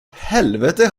helvete